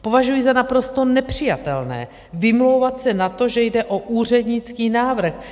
Považuji za naprosto nepřijatelné vymlouvat se na to, že jde o úřednický návrh.